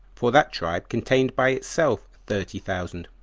for that tribe contained by itself thirty thousand.